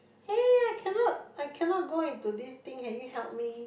hey I cannot I cannot go into this thing can you help me